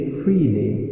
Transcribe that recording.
freely